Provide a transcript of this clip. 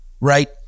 right